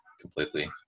completely